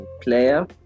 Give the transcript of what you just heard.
player